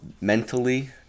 mentally